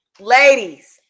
ladies